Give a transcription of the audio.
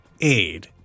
aid